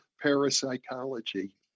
parapsychology